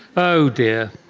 oh dear.